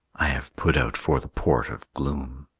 i have put out for the port of gloom.